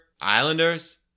Islanders